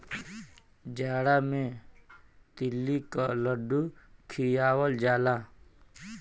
जाड़ा मे तिल्ली क लड्डू खियावल जाला